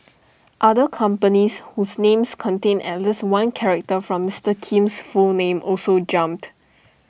other companies whose names contained at least one character from Mister Kim's full name also jumped